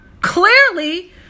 Clearly